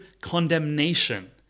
condemnation